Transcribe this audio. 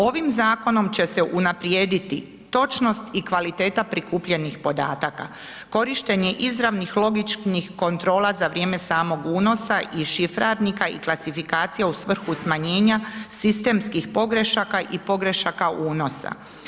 Ovim zakonom će se unaprijediti točnost i kvaliteta prikupljenih podataka, korištenje izravnih logičnih kontrola za vrijeme samog unosa i šifrarnika i klasifikacija u svrhu smanjenja sistemskih pogrešaka i pogrešaka unosa.